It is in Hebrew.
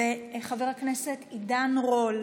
חבר הכנסת עידן רול,